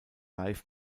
live